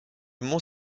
mont